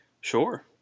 Sure